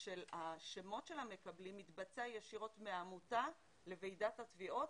של השמות של המקבלים מתבצע ישירות מהעמותה לוועידת התביעות,